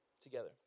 together